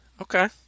okay